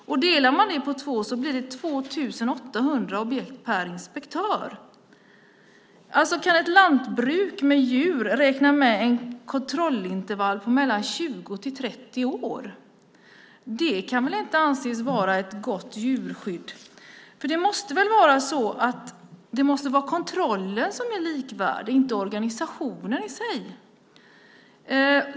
Delat på två blir det 2 800 objekt per inspektör. Alltså kan ett lantbruk med djur räkna med ett kontrollintervall på mellan 20 och 30 år. Det kan väl inte anses vara ett gott djurskydd. Det måste väl vara kontrollen som är likvärdig, inte organisationen i sig.